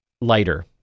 lighter